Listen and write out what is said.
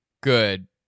good